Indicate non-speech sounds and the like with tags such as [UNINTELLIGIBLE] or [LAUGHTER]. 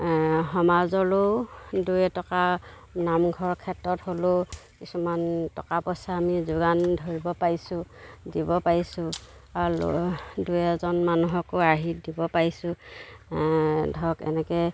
সমাজলৈও দুই এটকা নামঘৰ ক্ষেত্ৰত হ'লেও কিছুমান টকা পইচা আমি যোগান ধৰিব পাৰিছোঁ দিব পাৰিছোঁ আৰু [UNINTELLIGIBLE] দুই এজন মানুহকো আৰ্হিত দিব পাৰিছোঁ ধৰক এনেকৈ